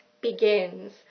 begins